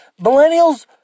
Millennials